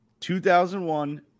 2001